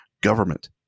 government